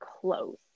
close